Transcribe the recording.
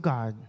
God